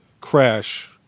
crash